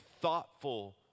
thoughtful